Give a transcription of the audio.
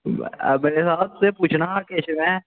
अव्वल ते में हा पुच्छना हा किश में